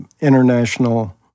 international